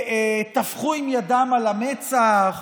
טפחו עם ידם על המצח,